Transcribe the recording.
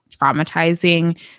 traumatizing